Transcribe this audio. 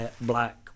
black